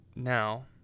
Now